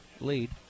lead